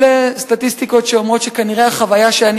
אלה סטטיסטיקות שאומרות שכנראה החוויה שאני